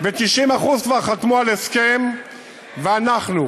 90% כבר חתמו על הסכם ואנחנו,